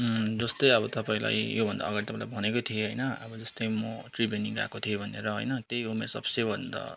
जस्तै अब तपाईँलाई योभन्दा अगाडि तपाईँलाई भनेकै थिएँ होइन अब जस्तै म त्रिवेणी गएको थिएँ भनेर होइन त्यही हो मेरो सबसे भन्दा